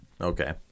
Okay